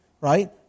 Right